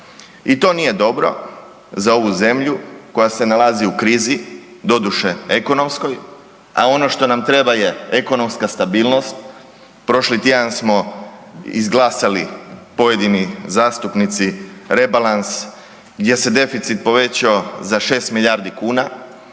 I to nije dobro za ovu zemlju koja se nalazi u krizi, doduše, ekonomskoj a ono što nam treba je ekonomska stabilnost, prošli tjedan smo izglasali pojedini zastupnici rebalans gdje se deficit povećao za 6 milijardi kuna